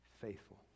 faithful